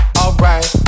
alright